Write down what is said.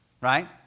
right